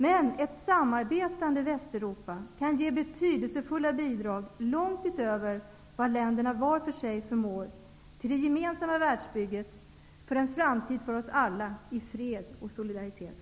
Men ett samarbetande Västeuropa kan ge betydelsfulla bidrag, långt utöver vad länderna var för sig förmår, till det gemensamma världsbygget för att åstadkomma en framtid för oss alla i fred och solidaritet.